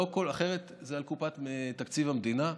אחרת זה על קופת תקציב המדינה.